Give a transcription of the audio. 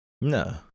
No